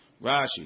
Rashi